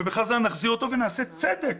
נחזיר אותו ונעשה צדק